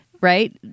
right